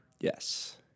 Yes